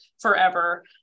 forever